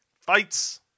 fights